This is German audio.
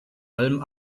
allem